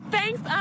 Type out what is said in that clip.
Thanks